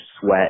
sweat